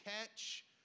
catch